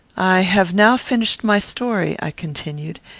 i have now finished my story, i continued,